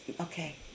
Okay